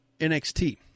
NXT